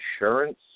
insurance